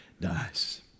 dies